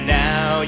now